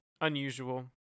unusual